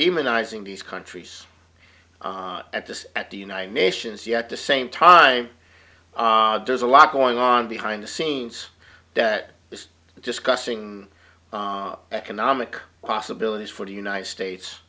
demonizing these countries at this at the united nations yet the same time there's a lot going on behind the scenes that is discussing economic possibilities for the united states